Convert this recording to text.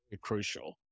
crucial